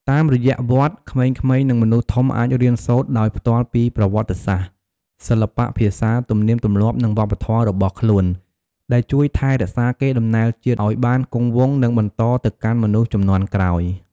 តាមរយៈវត្ត ក្មេងៗ និងមនុស្សធំអាចរៀនសូត្រដោយផ្ទាល់ពីប្រវត្តិសាស្ត្រ សិល្បៈ ភាសា ទំនៀមទម្លាប់ និងវប្បធម៌របស់ខ្លួន ដែលជួយថែរក្សាកេរ្តិ៍ដំណែលជាតិឲ្យបានគង់វង្ស និងបន្តទៅកាន់មនុស្សជំនាន់ក្រោយ។